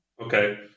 Okay